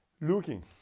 Looking